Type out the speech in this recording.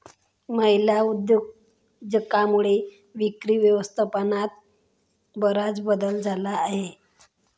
महिला उद्योजकांमुळे विक्री व्यवस्थापनात बराच बदल झाला आहे